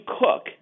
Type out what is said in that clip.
cook